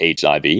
HIV